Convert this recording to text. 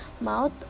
mouth